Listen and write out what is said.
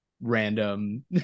random